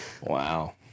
wow